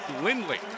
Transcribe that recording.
Lindley